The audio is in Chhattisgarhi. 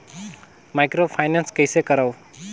माइक्रोफाइनेंस कइसे करव?